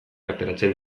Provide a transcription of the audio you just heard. ateratzen